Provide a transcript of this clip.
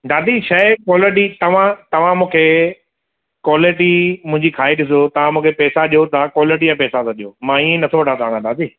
दादी शइ क्वालिटी तव्हां तव्हां मूंखे क्वालिटी मुंहिंजी खाई ॾिसो तव्हां मूंखे पैसा ॾियो तव्हां क्वालिटी ॼा पैसा तव्हां ॾियो मां इएं न थो वठां तव्हांखा दादी